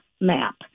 Map